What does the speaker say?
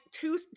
Two